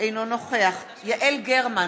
אינו נוכח יעל גרמן,